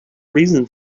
reason